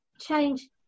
change